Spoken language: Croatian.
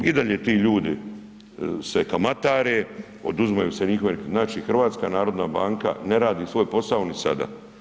I dalje ti ljudi se kamatare, oduzimaju se njihove, znači HNB ne radi svoj posao ni sada.